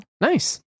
Nice